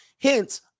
Hence